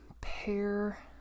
pair